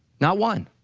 not one.